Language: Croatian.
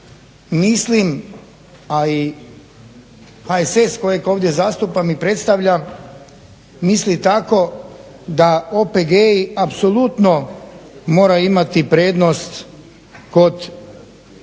mislim a i HSS kojeg ovdje zastupam i predstavljam misli tako da OPG-i apsolutno moraju imati prednost kod